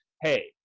hey